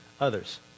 others